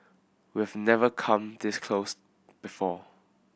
we've never come disclose before